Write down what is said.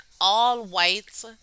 all-white